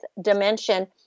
dimension